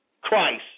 Christ